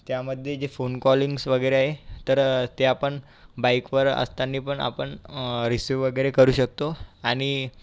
त्यामध्ये जे phone callings वगैरे आहे तर ते आपण बाईकवर असताना पण आपण रिसिव वगैरे करू शकतो आणि